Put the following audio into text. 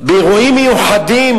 באירועים מיוחדים,